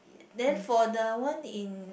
then for the one in